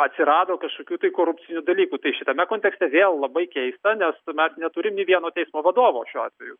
atsirado kažkokių tai korupcinių dalykų tai šitame kontekste vėl labai keista nes mes neturim nė vieno teismo vadovo šiuo atveju